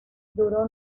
duró